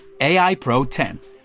AIPRO10